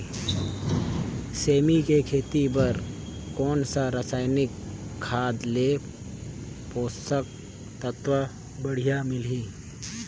सेमी के खेती बार कोन सा रसायनिक खाद ले पोषक तत्व बढ़िया मिलही?